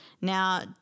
Now